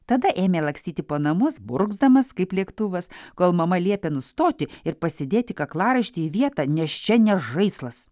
tada ėmė lakstyti po namus burgzdamas kaip lėktuvas kol mama liepė nustoti ir pasidėti kaklaraištį į vietą nes čia ne žaislas